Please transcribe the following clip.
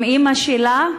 עם אימא שלה.